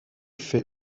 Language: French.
fait